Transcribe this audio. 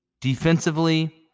Defensively